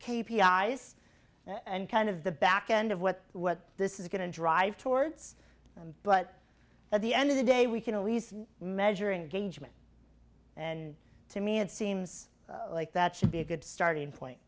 i's and kind of the back end of what what this is going to drive towards them but at the end of the day we can always measuring engagement and to me it seems like that should be a good starting point